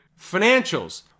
Financials